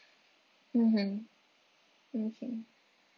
mmhmm okay